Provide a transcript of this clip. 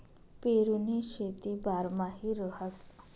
पेरुनी शेती बारमाही रहास